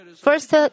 First